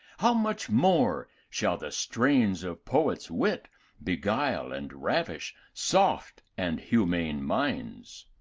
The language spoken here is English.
how much more shall the strains of poets' wit beguile and ravish soft and humane minds?